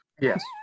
Yes